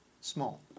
small